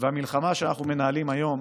והמלחמה שאנחנו מנהלים היום